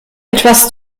etwas